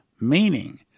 Meaning